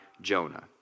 Jonah